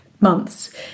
months